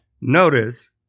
notice